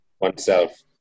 oneself